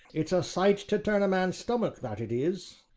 it's a sight to turn a man's stomach, that it is!